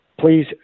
please